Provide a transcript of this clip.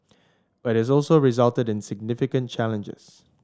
but it also resulted in significant challenges